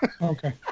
Okay